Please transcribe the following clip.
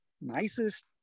nicest